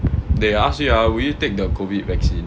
dey ask you ah will you take the COVID vaccine